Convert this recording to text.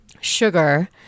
sugar